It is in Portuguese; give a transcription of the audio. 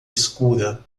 escura